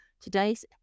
today's